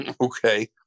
Okay